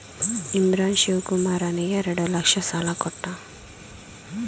ಇಮ್ರಾನ್ ಶಿವಕುಮಾರನಿಗೆ ಎರಡು ಲಕ್ಷ ಸಾಲ ಕೊಟ್ಟ